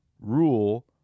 rule